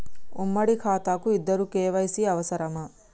ఉమ్మడి ఖాతా కు ఇద్దరు కే.వై.సీ అవసరమా?